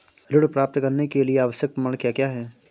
ऋण प्राप्त करने के लिए आवश्यक प्रमाण क्या क्या हैं?